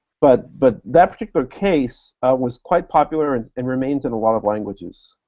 but but that particular case was quite popular and and remains in a lot of languages.